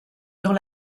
dans